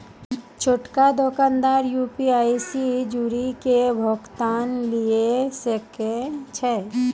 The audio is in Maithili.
छोटका दोकानदार यू.पी.आई से जुड़ि के भुगतान लिये सकै छै